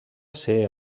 ser